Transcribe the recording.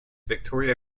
victoria